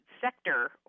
sector